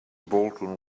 baldwin